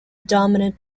dominant